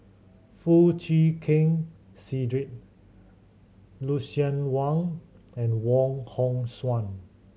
Foo Chee Keng Cedric Lucien Wang and Wong Hong Suen